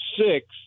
six